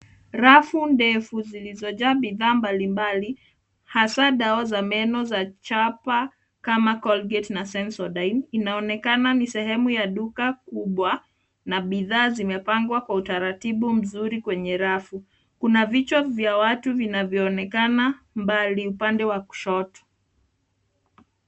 Rafu ndefu zilizojaa bidhaa mbalimbali, hasa dawa za meno za chapa kama Colgate na Sensodyne. Inaonekana ni sehemu ya duka kubwa na bidhaa zimepangwa kwa utaratibu mzuri kwenye rafu. Kuna vichwa vya watu vinavyoonekana mbali upande wa kushoto.